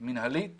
מינהלית